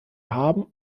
haben